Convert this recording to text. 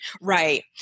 Right